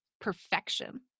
Perfection